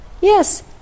Yes